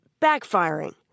backfiring